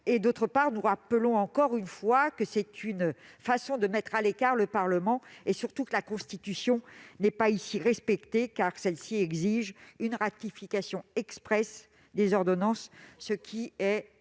du travail. Nous rappelons une nouvelle fois que c'est une façon de mettre à l'écart le Parlement, d'autant que la Constitution n'est pas respectée, celle-ci exigeant une ratification expresse des ordonnances, ce qui est,